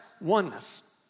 oneness